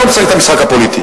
אני לא משחק את המשחק הפוליטי.